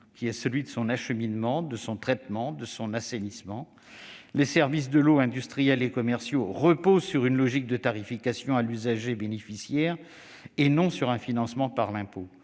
qui est celui de son acheminement, de son traitement et de son assainissement. Les services de l'eau, industriels et commerciaux, reposent sur une logique de tarification à l'usager bénéficiaire, et non sur un financement par l'impôt.